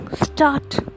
start